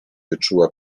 wyczuła